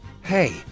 hey